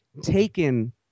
taken